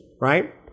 right